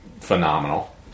phenomenal